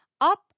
Up